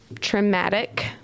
traumatic